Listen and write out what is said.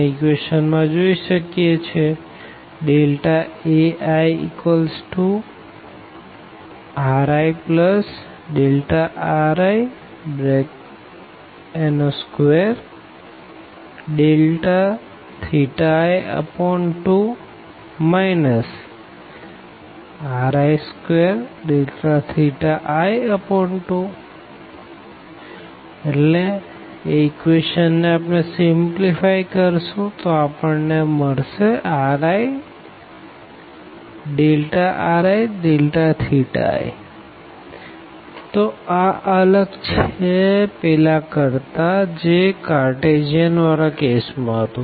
Airiri2i2 ri2i2 2ririΔri2i2 riri2riΔi ririi તો આ અલગ છે પેલા કરતા જે કાઅર્તેસિયન વારા કેસ માં હતું